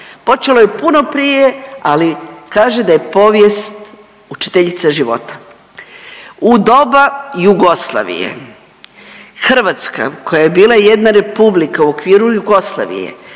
počelo je puno prije, ali kaže da je povijest učiteljica života. U doba Jugoslavije Hrvatska koja je bila jedna republika u okviru Jugoslavije